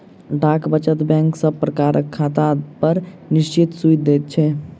डाक वचत बैंक सब प्रकारक खातापर निश्चित सूइद दैत छै